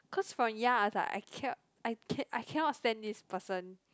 cause for young I was like I cannot I can~ I cannot stand this person